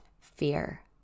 fear